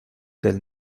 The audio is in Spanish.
del